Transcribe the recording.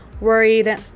worried